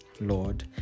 Lord